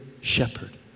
shepherd